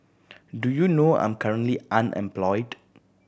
do you know I'm currently unemployed